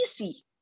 easy